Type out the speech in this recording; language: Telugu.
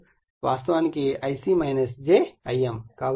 కాబట్టి I0 వాస్తవానికి Ic j Im